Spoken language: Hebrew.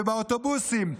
ובאוטובוסים,